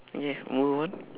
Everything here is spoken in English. ya move on